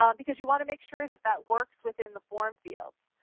um because you want to make sure that that works within the form fields.